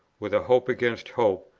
with a hope against hope,